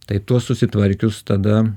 tai tuos susitvarkius tada